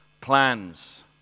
plans